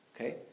Okay